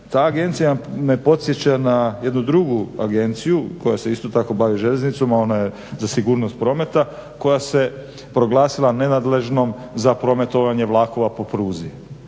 Ta agencija me podsjeća na jednu drugu agenciju koja se isto tako bavi željeznicom, a ona je za sigurnost prometa, koja se proglasila nenadležnom za prometovanje vlakova po pruzi.